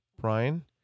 Brian